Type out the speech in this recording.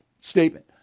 statement